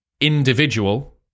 individual